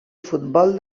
futbol